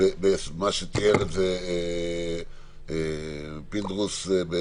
שתיאר פינדרוס.